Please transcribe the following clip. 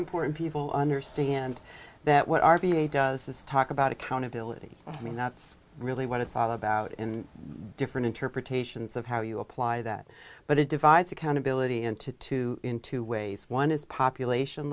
important people understand that what r b a does is talk about accountability i mean that's really what it's all about in different interpretations of how you apply that but it divides accountability into two in two ways one is population